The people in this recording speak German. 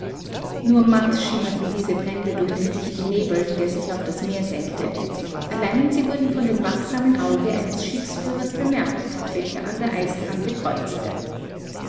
nur matt schimmerten diese brände durch den dichten nebel der sich auf das meer senkte allein sie wurden von dem wachsamen auge eines schiffsführers bemerkt welcher an der eiskante kreuzte